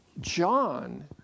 John